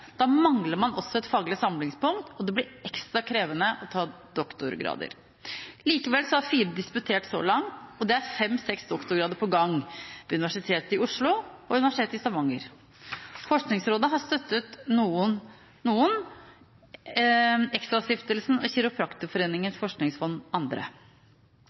Da mangler man også et faglig samlingspunkt, og det blir ekstra krevende å ta doktorgrader. Likevel har fire disputert så langt, og det er fem–seks doktorgrader på gang, ved Universitet i Oslo og Universitetet i Stavanger. Forskningsrådet har støttet noen, ExtraStiftelsen og Kiropraktorforeningens forskingsfond andre.